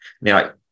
now